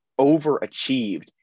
overachieved